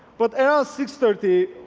but around six thirty,